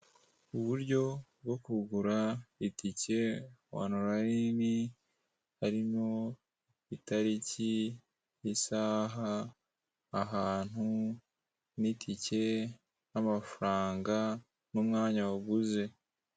Uburyo bwo kugura itike onolayini harimo itariki, isaha, ahantu, n'itike, n'amafaranga, n'umwanya waguze.